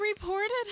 reported